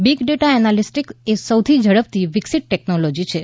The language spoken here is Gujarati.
બિગ ડેટા એનાલિટિક્સ એ સૌથી ઝડપથી વિકસતી ટેક્નોલોજી છે